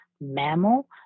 mammal